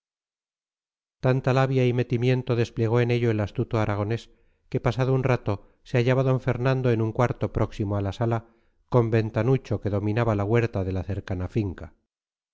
tanta labia y metimiento desplegó en ello el astuto aragonés que pasado un rato se hallaba d fernando en un cuarto próximo a la sala con ventanucho que dominaba la huerta de la cercana finca